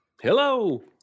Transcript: Hello